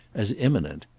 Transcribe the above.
as imminent.